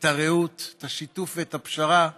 את הרעות, את השיתוף ואת הפשרה,